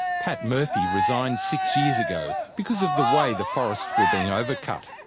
pat murphy resigned six years ago because of the way the forests were being over-cut.